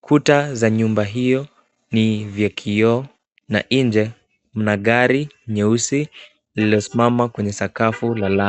Kuta za nyumba hiyo ni vya kioo na nje mna gari nyeusi lililosimama kwenye sakafu la lami.